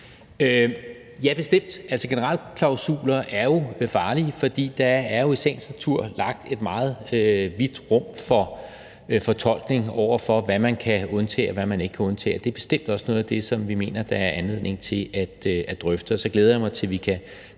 Ja, bestemt. Altså, generalklausuler er jo farlige, fordi der i sagens natur er lagt et meget vidt rum for fortolkning over for, hvad man kan undtage, og hvad man ikke kan undtage, og det er bestemt også noget af det, som vi mener der er anledning til at drøfte, og så glæder jeg mig til, at vi kan